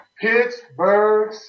Pittsburgh